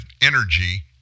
energy